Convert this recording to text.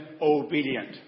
obedient